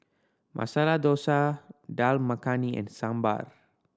Masala Dosa Dal Makhani and Sambar